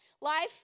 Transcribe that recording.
life